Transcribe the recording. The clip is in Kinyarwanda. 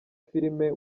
filime